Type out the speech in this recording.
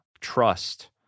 trust